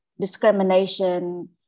discrimination